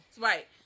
Right